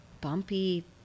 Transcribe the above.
bumpy